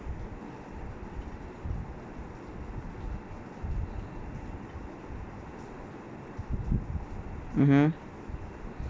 mmhmm